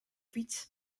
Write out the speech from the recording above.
fiets